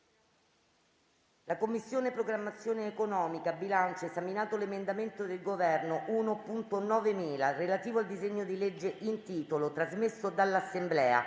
La Commissione programmazione economica, bilancio, esaminato l'emendamento del Governo 1.9000, relativo al disegno di legge in titolo, trasmesso dall'Assemblea,